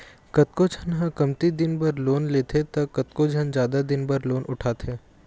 कतको झन ह कमती दिन बर लोन लेथे त कतको झन जादा दिन बर लोन उठाथे